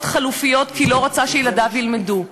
חלופיות כי לא רצה שילדיו ילמדו אתם?